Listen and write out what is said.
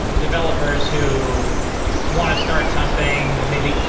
developers who want to start something maybe,